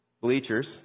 bleachers